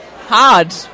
Hard